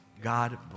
God